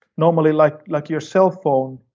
normally like, like your cell phone,